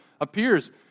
appears